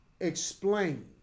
explain